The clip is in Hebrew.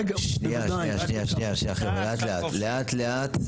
שנייה, שנייה, חבר'ה, לאט, לאט.